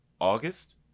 August